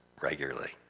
regularly